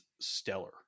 stellar